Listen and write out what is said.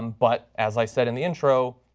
um but as i said in the intro,